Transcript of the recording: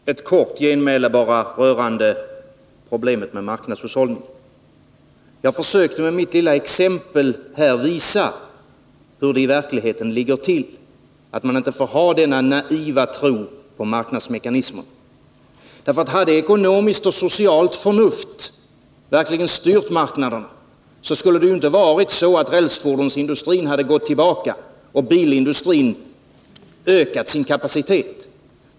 Herr talman! Ett kort genmäle bara, rörande problemet med marknadshushållningen. Jag försökte med mitt lilla exempel visa hur det i verkligheten ligger till och att man inte får ha denna naiva tro på marknadsmekanismerna. Hade ekonomiskt och socialt förnuft verkligen styrt marknaden, skulle det inte ha varit så att rälsfordonsindustrin hade gått tillbaka och bilindustrin ökat sin kapacitet.